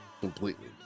completely